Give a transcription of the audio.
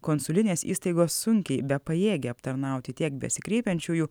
konsulinės įstaigos sunkiai bepajėgia aptarnauti tiek besikreipiančiųjų